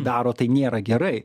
daro tai nėra gerai